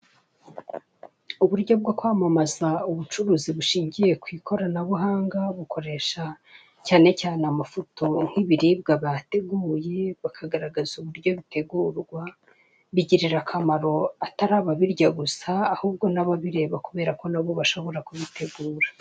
Uburyo bwo kwamamaza ubucuruzi bushingiye ku ikoranabuhanga bukoresha cyane cyane amafoto nk'ibiribwa bateguye, bakagaragaza uburyo bitegurwa bigirira akamaro atari ababirya gusa ahubwo n'ababireba kubera ko nabo bashobora kubitegura.